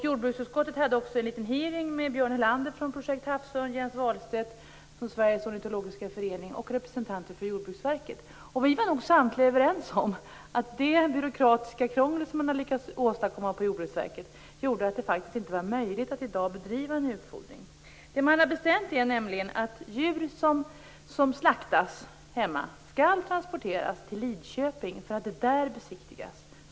Jordbruksutskottet hade också en liten hearing med Björn Helander från Projekt Havsörn, Jens Wahlstedt från Sveriges ornitologiska förening och representanter för Jordbruksverket. Vi var nog samtliga överens om att det byråkratiska krångel som man har lyckats åstadkomma på Jordbruksverket gjorde att det faktiskt inte var möjligt att i dag bedriva en utfodring. Det man har bestämt är nämligen att djur som slaktas hemma skall transporteras till Lidköping för att där besiktigas.